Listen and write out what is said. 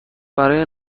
برای